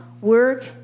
work